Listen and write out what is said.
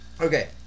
Okay